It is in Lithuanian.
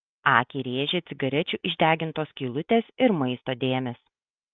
akį rėžė cigarečių išdegintos skylutės ir maisto dėmės